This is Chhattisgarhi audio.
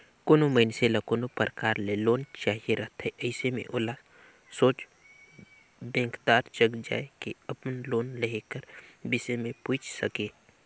कोनो मइनसे ल कोनो परकार ले लोन चाहिए रहथे अइसे में ओला सोझ बेंकदार जग जाए के अपन लोन लेहे कर बिसे में पूइछ सके